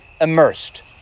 immersed